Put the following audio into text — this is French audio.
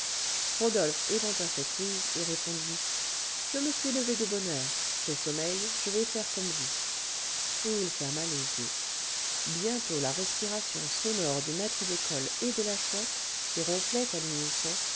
rodolphe éventa cette ruse et répondit je me suis levé de bonne heure j'ai sommeil je vais faire comme vous et il ferma les yeux bientôt la respiration sonore du maître d'école et de la chouette qui ronflaient à l'unisson